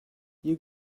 you